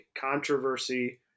controversy